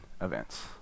events